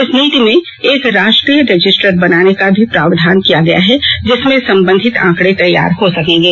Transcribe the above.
इस नीति में एक राष्ट्रीय रजिस्टर बनाने का भी प्रावधान किया गया है जिसमें संबंधित आंकडे तैयार हो सकेंगे